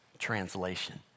Translation